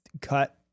cut